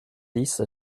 dix